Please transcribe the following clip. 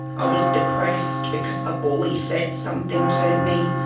i was depressed because a bully said something to me.